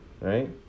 right